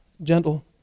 Gentle